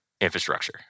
infrastructure